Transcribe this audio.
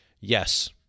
Yes